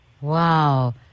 Wow